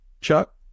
Chuck